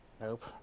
Nope